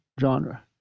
genre